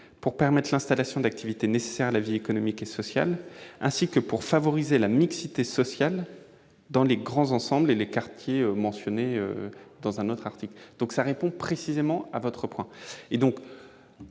pour permettre l'installation d'activités nécessaires à la vie économique et sociale, ainsi que pour favoriser la mixité sociale dans les grands ensembles et les quartiers » mentionnés dans un autre article. Cela répond précisément au souhait